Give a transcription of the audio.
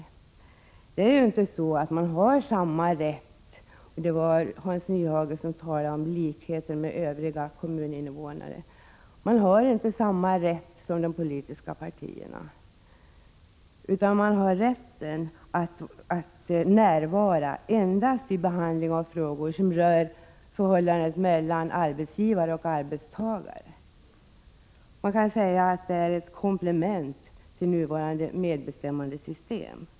Hans Nyhage talade om att likhet skall råda mellan alla kommuninvånare, men personalföreträdarna har inte samma närvarorätt som representanterna för de politiska partierna, utan de har rätten att närvara endast vid behandlingen av frågor som rör förhållandet mellan arbetsgivare och arbetstagare. Man kan säga att det är ett komplement till nuvarande medbestämmandesystem.